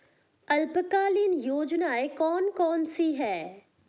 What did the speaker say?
अल्पकालीन योजनाएं कौन कौन सी हैं?